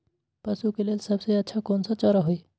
पशु के लेल सबसे अच्छा कौन सा चारा होई?